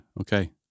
Okay